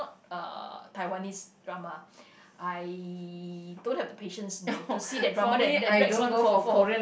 uh Taiwanese drama I don't have the patience you know to see the drama that that drags on for for